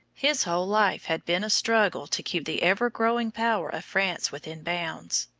his whole life had been a struggle to keep the ever-growing power of france within bounds.